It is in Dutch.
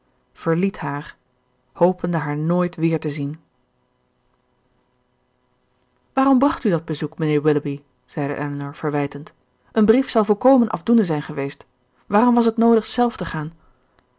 verliet haar hopende haar nooit weer te zien waarom bracht u dat bezoek mijnheer willoughby zeide elinor verwijtend een brief zou volkomen afdoende zijn geweest waarom was het noodig zelf te gaan